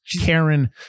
Karen